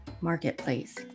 marketplace